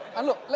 and look,